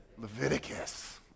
Leviticus